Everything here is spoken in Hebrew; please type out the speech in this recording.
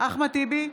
אחמד טיבי,